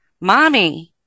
mommy